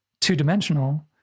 two-dimensional